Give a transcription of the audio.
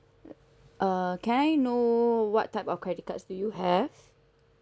err can I know what type of credit cards do you have